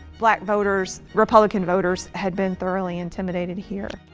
black voters, republican voters had been thoroughly intimidated here.